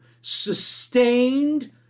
sustained